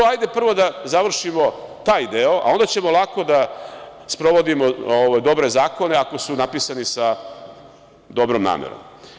Hajde prvo da završimo taj deo, a onda ćemo lako da sprovodimo dobre zakone ako su napisani sa dobrom namerom.